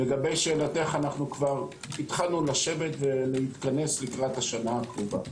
לשאלתך, התחלנו לשבת ולהתכנס לקראת השנה הקרובה.